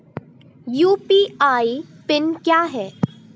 UPI pin क्या है?